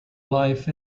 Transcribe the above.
life